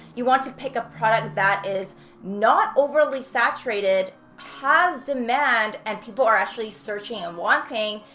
you want to pick a product that is not overly saturated, has demand, and people are actually searching and wanting,